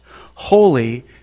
holy